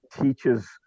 teaches